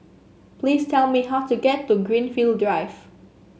please tell me how to get to Greenfield Drive